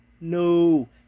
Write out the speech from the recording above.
no